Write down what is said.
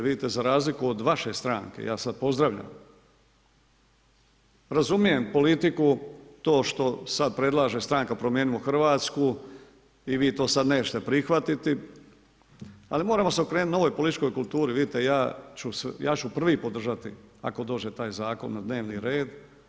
Vidite za razliku od vaše stranke, ja sada pozdravljam razumijem politiku, to što sada predlaže stranka Promijenimo Hrvatsku, i vi to sada nećete prihvatiti, ali moramo se okrenuti novoj političkoj kulturi, vidite ja ću prvi podržati, ako dođe taj zakon na dnevni red.